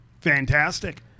Fantastic